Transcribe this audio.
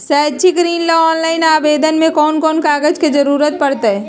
शैक्षिक ऋण ला ऑनलाइन आवेदन में कौन कौन कागज के ज़रूरत पड़तई?